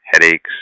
headaches